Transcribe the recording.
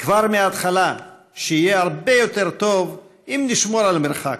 כבר מההתחלה שיהיה הרבה יותר טוב אם נשמור על מרחק.